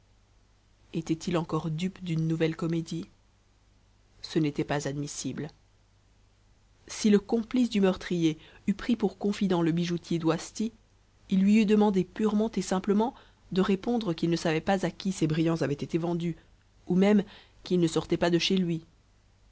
était-il encore dupe d'une nouvelle comédie ce n'était pas admissible si le complice du meurtrier eût pris pour confident le bijoutier doisty il lui eût demandé parement et simplement de répondre qu'il ne savait pas à qui ces brillants avaient été vendus ou même qu'ils ne sortaient pas de chez lui